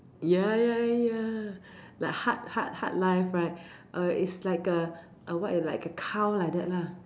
ya ya ya like hard hard hard life right err is like a what is like a cow like that lah